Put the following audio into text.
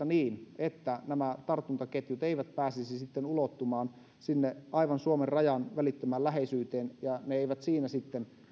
niin nämä tartuntaketjut eivät pääsisi sitten ulottumaan sinne aivan suomen rajan välittömään läheisyyteen ja ne eivät siinä sitten